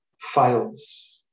fails